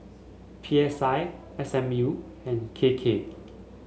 P S I S M U and K K